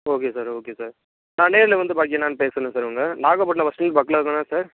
okay sir okay sir நான் நேரில் வந்து பாக்கி என்னென்னு பேசுகிறேன் சார் உங்கள் நாகப்பட்டிணம் பஸில் இருந்து பக்கம் தான சார்